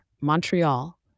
Montreal